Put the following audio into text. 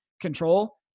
control